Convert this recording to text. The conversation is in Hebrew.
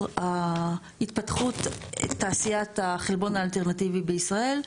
ההתפתחות תעשיית החלבון האלטרנטיבי בישראל.